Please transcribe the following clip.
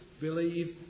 believe